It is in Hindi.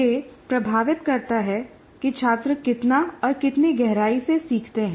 यह प्रभावित करता है कि छात्र कितना और कितनी गहराई से सीखते हैं